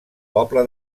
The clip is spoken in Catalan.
poble